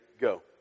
Go